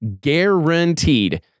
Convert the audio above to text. Guaranteed